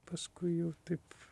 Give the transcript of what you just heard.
paskui jau taip